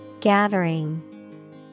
Gathering